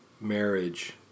marriage